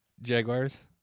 Jaguars